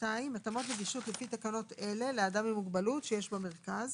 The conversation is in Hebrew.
(2)התאמות הנגישות לפי תקנות אלה לאדם עם מוגבלות שיש במרכז,